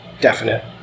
definite